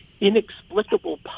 inexplicable